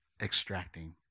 extracting